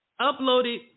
uploaded